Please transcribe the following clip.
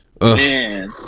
Man